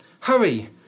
Hurry